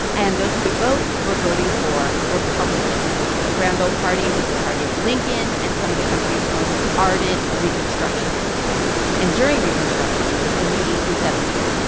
and those who could vote were voting for republicans. the grand old party was the party of lincoln and some of the country's most ardent reconstructionists and during reconstruction in the eighteen seventy s,